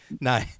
No